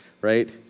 right